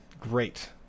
great